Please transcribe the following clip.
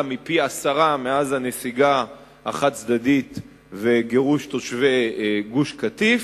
מפי-עשרה מאז הנסיגה החד-צדדית וגירוש תושבי גוש-קטיף,